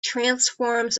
transforms